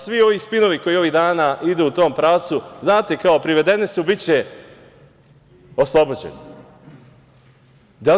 Svi ovi spinovi koji ovih dana idu u tom pravcu, znate kao – privedeni su, biće oslobođeni.